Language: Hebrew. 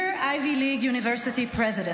Dear Ivy League University Presidents,